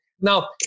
Now